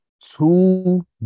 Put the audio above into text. two